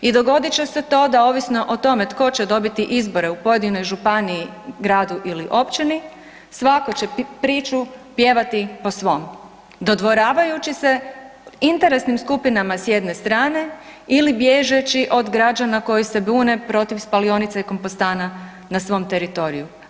I dogodit će se to da ovisno o tome tko će dobiti izbore u pojedinoj županiji, gradu ili općini svako će priču pjevati po svom dodvoravajući se interesnim skupinama s jedne strane ili bježeći od građana koji se bune protiv spalionica i kompostana na svom teritoriju.